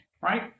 right